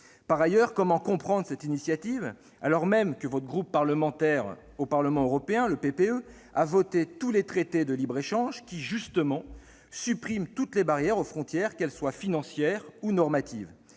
Par ailleurs, comment comprendre cette initiative, alors même, chers collègues du groupe Les Républicains, que votre groupe parlementaire au Parlement européen, le PPE, a voté tous les traités de libre-échange qui justement suppriment toutes les barrières aux frontières, qu'elles soient financières ou normatives,